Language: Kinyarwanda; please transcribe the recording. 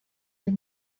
undi